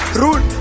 rule